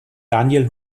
daniel